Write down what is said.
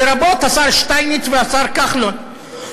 לרבות השר שטייניץ והשר כחלון,